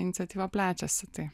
iniciatyva plečiasi tai